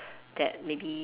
that maybe